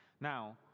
now